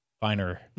finer